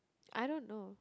I don't know